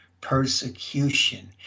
persecution